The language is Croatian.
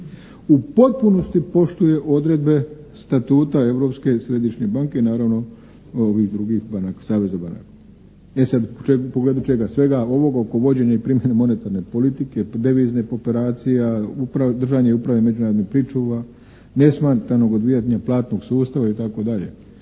u potpunosti poštuje odredbe Statuta Europske i Središnje banke naravno i ovih drugih banaka, saveza banaka. E sad u pogledu čega svega ovog oko vođenja i primanja monetarne politike, deviznih operacija, držanje i upravljanje međunarodnih pričuva, nesmetanog odvijanja platnog sustava itd.